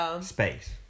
space